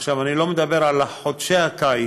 עכשיו, אני לא מדבר על חודשי הקיץ,